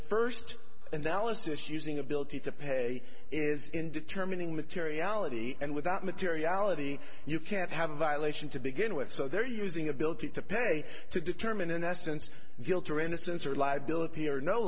first analysis using ability to pay is in determining materiality and without materiality you can't have a violation to begin with so they're using ability to pay to determine in essence guilt or innocence or liability or no